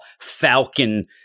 Falcon